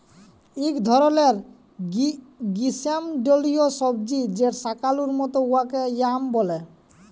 ইক ধরলের গিস্যমল্ডলীয় সবজি যেট শাকালুর মত উয়াকে য়াম ব্যলে